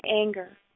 anger